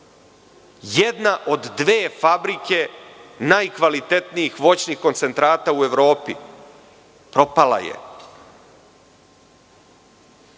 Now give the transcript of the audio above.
Jedna od dve fabrike najkvalitetnijih voćnih koncentrata u Evropi je propala. Bilo